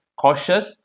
cautious